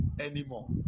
anymore